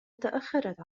تأخرت